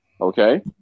okay